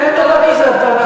אף אחד, אין דבר כזה פה.